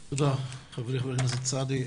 תודה, חברי חבר הכנסת סעדי.